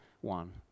one